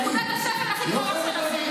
זאת נקודת השפל הכי גרועה שלכם,